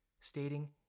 stating